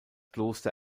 kloster